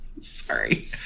Sorry